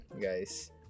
guys